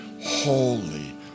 holy